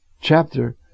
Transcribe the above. chapter